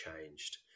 changed